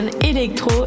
électro